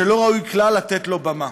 שלא ראוי כלל לתת לו במה.